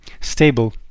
stable